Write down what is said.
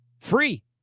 Free